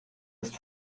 ist